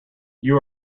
you